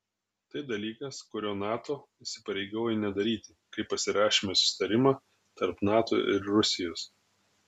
tai dalykas kurio nato įsipareigojo nedaryti kai pasirašėme susitarimą tarp nato ir rusijos